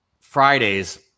Fridays